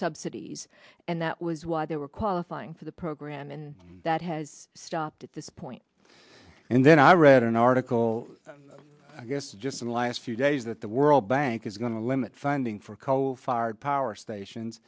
subsidies and that was why they were qualifying for the program and that has stopped at this point and then i read an article i guess just in the last few days that the world bank is going to limit funding for coal fired power stations